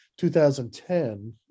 2010